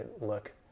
look